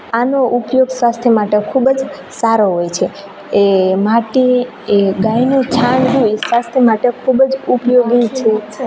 આનો ઊપયોગ સ્વાસ્થ્ય માટે ખૂબ જ સારો હોય છે એ માટી એ ગાયનું છાણ હોય એ સ્વાસ્થ્ય માટે ખૂબ જ ઊપયોગી છે